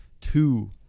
two